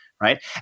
Right